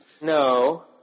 No